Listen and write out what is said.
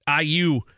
IU